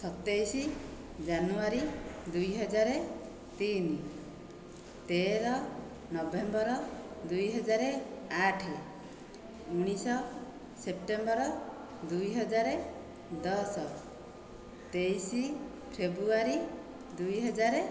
ସତେଇଶ ଜାନୁଆରୀ ଦୁଇ ହଜାର ତିନି ତେର ନଭେମ୍ବର ଦୁଇ ହଜାର ଆଠ ଉଣେଇଶହ ସେପ୍ଟେମ୍ବର ଦୁଇ ହଜାର ଦଶ ତେଇଶ ଫ୍ରେବୁଆରୀ ଦୁଇ ହଜାର